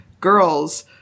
girls